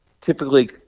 typically